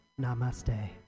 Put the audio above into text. Namaste